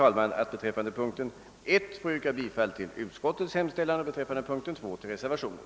Jag ber att beträffande punkten 1 få yrka bifall till utskottets hemställan och beträffande punkten 2 bifall till reservationen.